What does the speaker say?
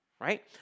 right